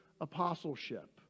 apostleship